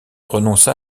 renonça